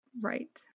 right